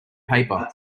paper